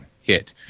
hit